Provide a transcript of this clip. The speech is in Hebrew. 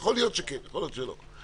יכול להיות שכן ויכול להיות שלא,